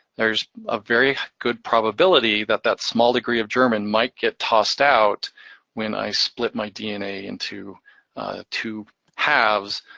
there's a very good probability that that small degree of german might get tossed out when i split my dna into two halves,